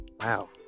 Wow